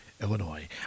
Illinois